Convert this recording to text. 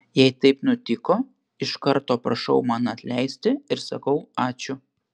jei taip nutiko iš karto prašau man atleisti ir sakau ačiū